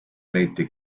leiti